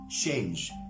change